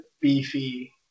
beefy